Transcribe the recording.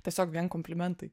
tiesiog vien komplimentai